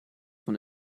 von